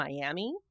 Miami